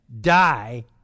die